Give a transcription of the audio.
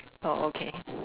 orh okay